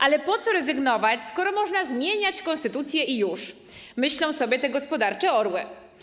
Ale po co rezygnować, skoro można zmieniać konstytucję i już? - myślą sobie te gospodarcze orły.